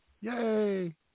Yay